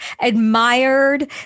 admired